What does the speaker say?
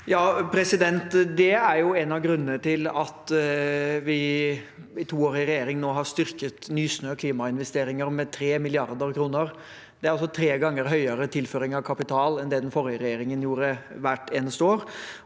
Det er en av grunnene til at vi i to år i regjering nå har styrket Nysnø Klimainvesteringer med 3 mrd. kr. Det er altså tre ganger høyere tilføring av kapital enn den forrige regjeringen tilførte, hvert eneste år.